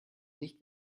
nicht